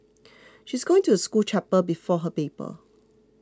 she's going to the school chapel before her paper